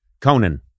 Conan